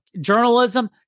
journalism